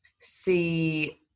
see